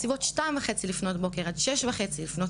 בסביבות 02:30 לפנות בוקר עד 06:30 לפנות